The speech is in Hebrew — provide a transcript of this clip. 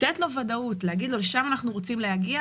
לתת לו ודאות, להגיד לו: לשם אנחנו רוצים להגיע.